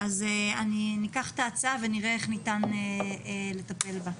אז ניקח את ההצעה ונראה איך ניתן לטפל בה.